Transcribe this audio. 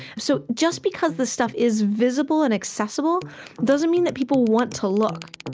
so just because this stuff is visible and accessible doesn't mean that people want to look